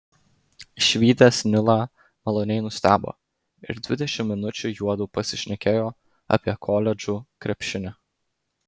išvydęs nilą maloniai nustebo ir dvidešimt minučių juodu pasišnekėjo apie koledžų krepšinį